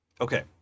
Okay